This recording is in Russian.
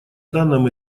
данном